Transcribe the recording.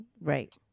Right